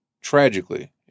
tragically